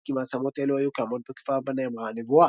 המעיד כי מעצמות אלו היו קיימות בתקופה בה נאמרה הנבואה.